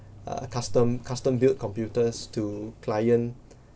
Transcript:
uh custom custom build computers to client